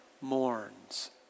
mourns